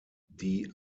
die